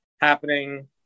happening